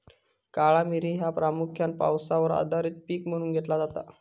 काळा मिरी ह्या प्रामुख्यान पावसावर आधारित पीक म्हणून घेतला जाता